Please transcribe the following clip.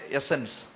essence